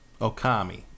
Okami